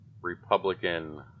Republican